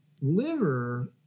liver